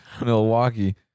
Milwaukee